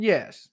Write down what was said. Yes